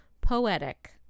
poetic